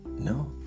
No